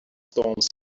storms